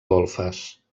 golfes